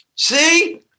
See